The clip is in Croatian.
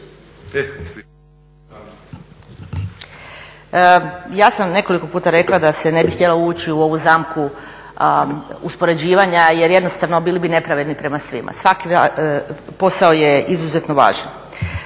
Ja sam nekoliko puta rekla da se ne bih htjela uvući u ovu zamku uspoređivanja jer jednostavno bili bi nepravedni prema svima. Svaki posao je izuzetno važan.